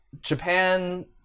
Japan